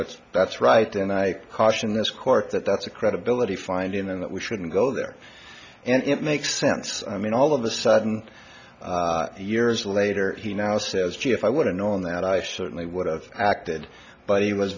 that's that's right and i caution this court that that's a credibility finding and that we shouldn't go there and it makes sense i mean all of a sudden years later he now says gee if i want it known that i certainly would have acted but he was